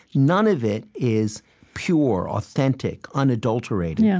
none of it is pure, authentic, unadulterated. yeah